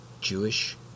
Jewish